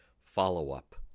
follow-up